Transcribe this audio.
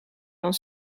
dan